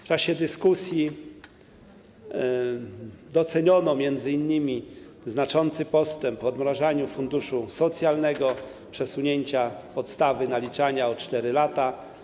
W czasie dyskusji doceniono m.in. znaczący postęp w odmrażaniu funduszu socjalnego, przesunięcie podstawy naliczania o 4 lata.